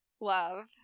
love